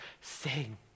Sing